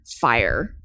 fire